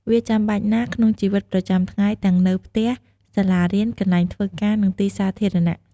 វាចាំបាច់ណាស់ក្នុងជីវិតប្រចាំថ្ងៃទាំងនៅផ្ទះ សាលារៀន កន្លែងធ្វើការ និងទីសាធារណៈ។